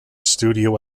studio